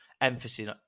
emphasis